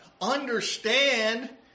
understand